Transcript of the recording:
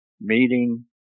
meeting